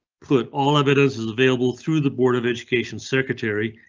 put all of it is is available through the board of education secretary.